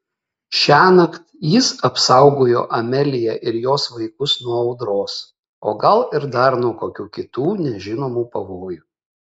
šiąnakt jis apsaugojo ameliją ir jos vaikus nuo audros o gal ir dar nuo kokių kitų nežinomų pavojų